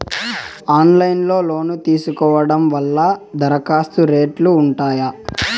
Online లో loan తీసుకోవడం వల్ల దరఖాస్తు రేట్లు ఉంటాయా?